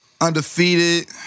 Undefeated